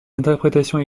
interprétations